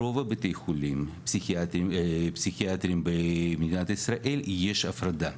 ברוב בתי החולים הפסיכיאטרים במדינת ישראל יש הפרדה.